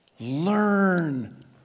learn